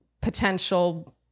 potential